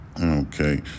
Okay